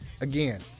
Again